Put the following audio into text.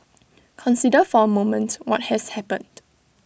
consider for A moment what has happened